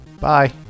Bye